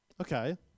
Okay